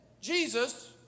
Jesus